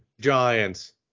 Giants